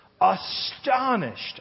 Astonished